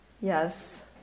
yes